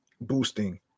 boosting